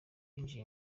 yinjije